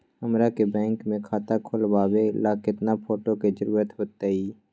हमरा के बैंक में खाता खोलबाबे ला केतना फोटो के जरूरत होतई?